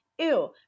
Ew